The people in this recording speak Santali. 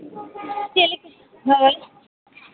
ᱪᱮᱫ ᱞᱮᱠᱟ ᱦᱳᱭ